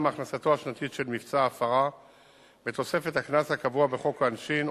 מהכנסתו השנתית של מבצע ההפרה בתוספת הקנס הקבוע בחוק העונשין,